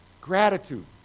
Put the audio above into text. Gratitude